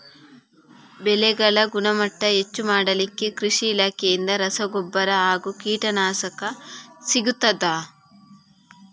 ಬೆಳೆಗಳ ಗುಣಮಟ್ಟ ಹೆಚ್ಚು ಮಾಡಲಿಕ್ಕೆ ಕೃಷಿ ಇಲಾಖೆಯಿಂದ ರಸಗೊಬ್ಬರ ಹಾಗೂ ಕೀಟನಾಶಕ ಸಿಗುತ್ತದಾ?